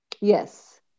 yes